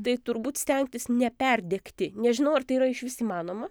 tai turbūt stengtis neperdegti nežinau ar tai yra išvis įmanoma